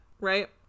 right